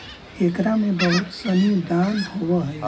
एकरा में बहुत सनी दान होवऽ हइ